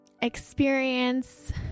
experience